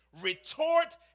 Retort